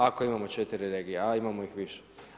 Ako imamo 4 regije a imamo ih više.